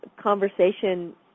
conversation